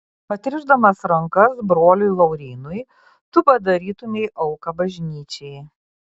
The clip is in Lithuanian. atrišdamas rankas broliui laurynui tu padarytumei auką bažnyčiai